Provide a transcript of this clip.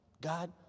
God